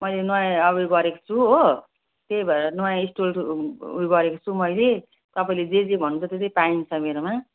मैले नयाँ अब यो गरेको छु हो त्यही भएर नयाँ स्टलको ऊ यो गरेको छु मैले तपाईँले जे जे भन्नुहुन्छ त्यो त्यो पाइन्छ मेरोमा